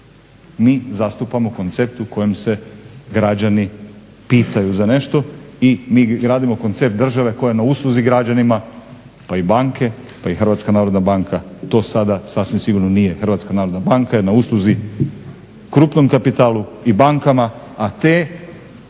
Mi zastupamo koncept u kojem se građani pitaju za nešto i mi gradimo koncept države koja je na usluzi građanima pa i banke pa i HNB i to sada sasvim sigurno nije HNB jer je usluzi krupnom kapitalu i bankama, a tu